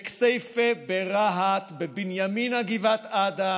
בכסייפה, ברהט, בבנימינה, גבעת עדה,